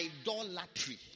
idolatry